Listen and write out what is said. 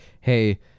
hey